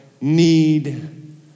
need